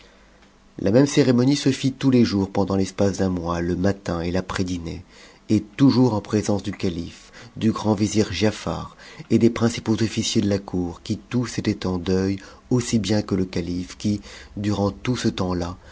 la même cérémonie se lit tous les jours pendant l'espace d'un mois le matin et laprës dmée et toujours en présence du calife du grand vizir giafar et des principaux officiers de la cour qui tous étaient eu deuil aussi bien que le calife qui durant tout ce temps-là